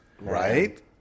right